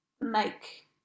make